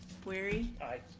wery? aye.